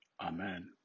amen